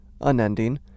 unending